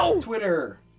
Twitter